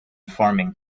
farming